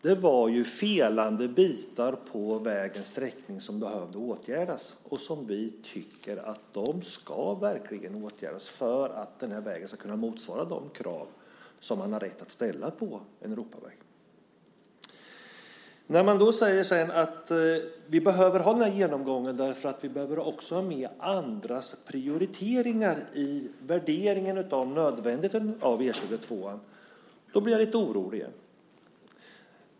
Det var felande bitar på vägens sträckning som behövde åtgärdas, och vi tycker att de verkligen ska åtgärdas för att den här vägen ska kunna motsvara de krav som man har rätt att ställa på en Europaväg. När man säger att man måste ha en genomgång för att man behöver ha med andras prioriteringar i värderingen av nödvändigheten av E 22:an blir jag lite orolig.